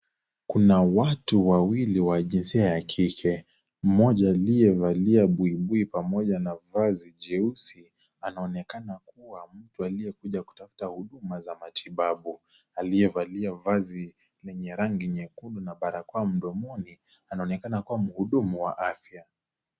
Kuna watu wawili wa jinsia ya kike. Mmoja aliyevalia buibui pamoja na vazi jeusi anaonekana kuwa mtu aliyekuja kutafuta huduma za matibabu. Aliyevalia vazi lenye rangi nyekundu na barakoa mdomoni, anaonekana kuwa mhudumu wa afya.